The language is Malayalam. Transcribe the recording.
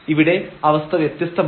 ഇവിടെ അവസ്ഥ വ്യത്യസ്തമാണ്